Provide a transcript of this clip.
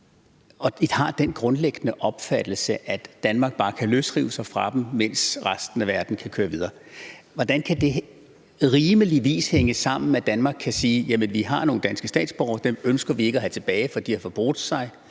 og når I har den grundlæggende opfattelse, at Danmark bare kan løsrive sig fra dem, mens resten af verden kan køre videre, kan det så hænge sammen med den opfattelse, at Danmark kan sige, at vi har nogle danske statsborgere, som vi ikke ønsker at tage tilbage, fordi de har forbrudt sig